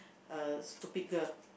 a stupid girl